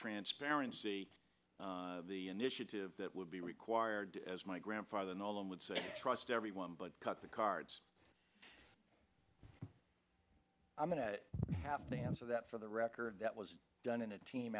transparency initiative that would be required as my grandfather and all them would say trust everyone but cut the cards i'm going to have to answer that for the record that was done in a team